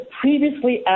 previously